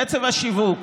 קצב השיווק